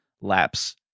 lapse